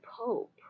Pope